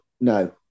no